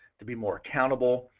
to be more accountable.